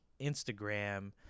Instagram